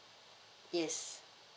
yes